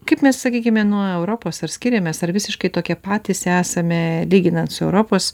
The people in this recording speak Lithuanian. kaip mes sakykime nuo europos ar skiriamės ar visiškai tokie patys esame lyginant su europos